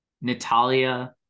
Natalia